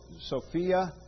Sophia